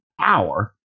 power